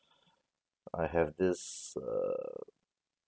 I have this uh